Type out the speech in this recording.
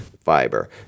fiber